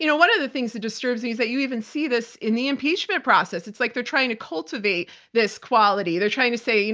you know one of the things that disturbs me is that you even see this in the impeachment process. it's like they're trying to cultivate this quality. they're trying to say, you